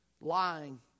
Lying